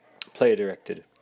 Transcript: player-directed